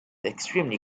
extremely